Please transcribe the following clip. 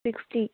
sixty